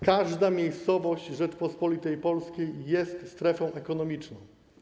Każda miejscowość Rzeczypospolitej Polskiej jest strefą ekonomiczną.